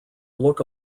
look